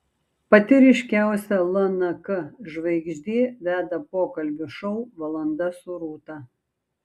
pati ryškiausia lnk žvaigždė veda pokalbių šou valanda su rūta